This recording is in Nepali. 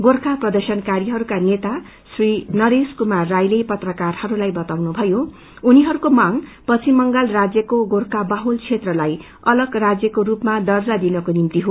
गोर्खा प्रदशनकारीहरूका नेता श्री नरेश कुमार राईले पत्राकरहरूलाई बताउनुभयो उनीहरूको मांग पश्चिम बंगाल राज्यको गोर्खा बाहुल क्षेत्रलाई अलग राज्यको स्पमा दर्जा दिनको निम्ति हो